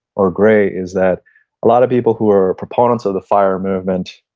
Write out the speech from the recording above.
or gray is that a lot of people who are proponents of the fire movement